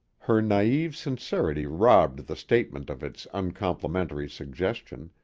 her naive sincerity robbed the statement of its uncomplimentary suggestion,